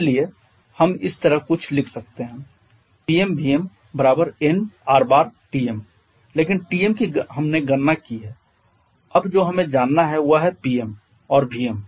इसलिए हम इस तरह कुछ लिख सकते हैं PmVmn R Tm लेकिन Tm की हमने गणना की है अब जो हमें जानना है वह है Pm और Vm